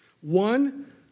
One